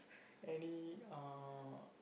any uh